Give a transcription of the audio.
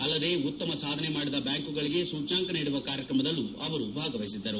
ಅಲ್ಲದೆ ಉತ್ತಮ ಸಾಧನೆ ಮಾಡಿದ ಬ್ಯಾಂಕುಗಳಿಗೆ ಸೂಚ್ಯಂಕ ನೀಡುವ ಕಾರ್ಯಕ್ರಮದಲ್ಲೂ ಅವರು ಭಾಗವಹಿಸಿದ್ದರು